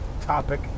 topic